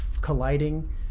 colliding